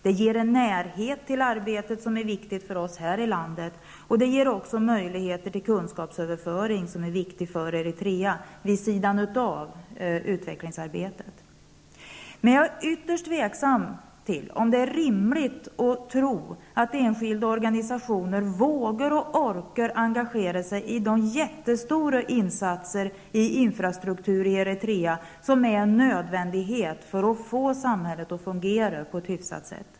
Det ger en närhet till arbetet som är viktig för oss här i landet, och det ger möjligheter till kunskapsöverföring som är viktig för Eritrea, vid sidan av utvecklingsarbetet. Men jag är ytterst tveksam till om det är rimligt att tro att enskilda organisationer vågar och orkar engagera sig i de jättestora insatser i infrastrukturen i Eritrea som är en nödvändighet för att få samhället att fungera på ett hyfsat sätt.